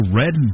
red